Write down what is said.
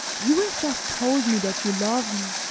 you have just told me that you love me,